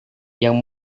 yang